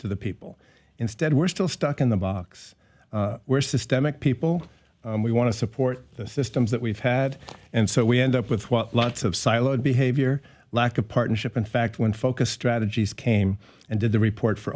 to the people instead we're still stuck in the box we're systemic people we want to support systems that we've had and so we end up with what lots of siloed behavior lack of partnership in fact when folk a strategy came and did the report for